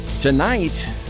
Tonight